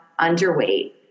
underweight